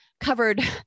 covered